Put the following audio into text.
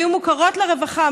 ומרביתן היו מוכרות לרווחה,